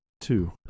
two